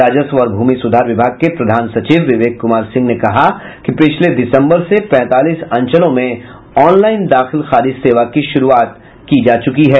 राजस्व और भूमि सुधार विभाग के प्रधान सचिव विवेक कुमार सिंह ने कहा कि पिछले दिसंबर से पैंतालीस अंचलों में ऑनलाईन दाखिल खारिज सेवा की शुरूआत की जा चुकी है